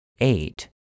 eight